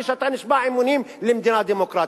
שאתה נשבע אמונים למדינה דמוקרטית.